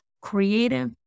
creative